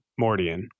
Mordian